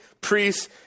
priests